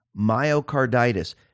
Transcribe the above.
myocarditis